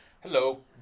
Hello